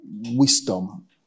wisdom